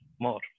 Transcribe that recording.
more